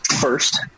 first